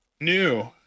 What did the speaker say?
new